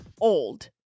old